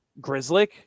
Grizzly